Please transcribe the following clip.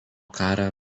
karą